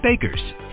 Bakers